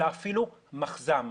אלא אפילו מחז"ם.